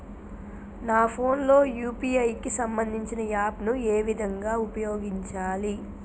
నా ఫోన్ లో యూ.పీ.ఐ కి సంబందించిన యాప్ ను ఏ విధంగా ఉపయోగించాలి?